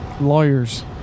Lawyers